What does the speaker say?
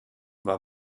war